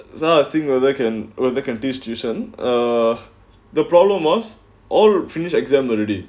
is there a singer they can wear the country's tuition ah the problem us all finish exam already